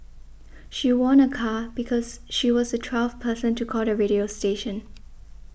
she won a car because she was the twelfth person to call the radio station